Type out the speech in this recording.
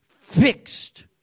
fixed